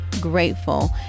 grateful